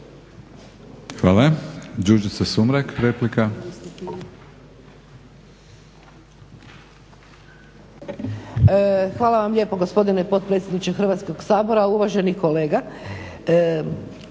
Hvala vam lijepo gospodine potpredsjedniče Hrvatskog sabora. Uvaženi kolega